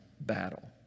battle